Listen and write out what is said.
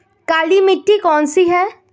काली मिट्टी कौन सी है?